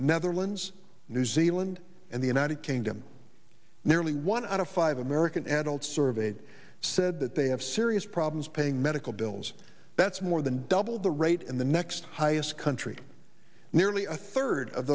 netherlands new zealand and the united kingdom nearly one out of five american adults surveyed said that they have serious problems paying medical bills that's more than double the rate in the next highest country nearly a third of